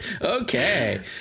okay